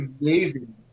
amazing